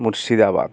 Murshidabad